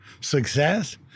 success